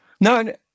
No